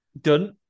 done